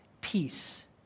peace